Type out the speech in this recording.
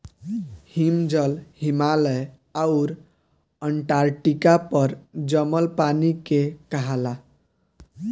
हिमजल, हिमालय आउर अन्टार्टिका पर जमल पानी के कहाला